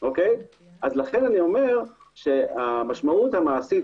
לכן אני אומר שהמשמעות המעשית